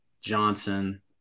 Johnson